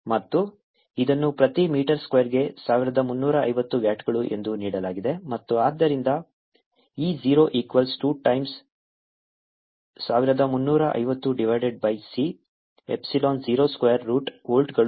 ಮತ್ತು ಇದನ್ನು ಪ್ರತಿ ಮೀಟರ್ ಸ್ಕ್ವೇರ್ಗೆ 1350 ವ್ಯಾಟ್ಗಳು ಎಂದು ನೀಡಲಾಗಿದೆ ಮತ್ತು ಆದ್ದರಿಂದ E 0 equals 2 times 1350 divided by c epsilon 0 square root ವೋಲ್ಟ್ಗಳು ಪ್ರತಿ ಮೀಟರ್ಗೆ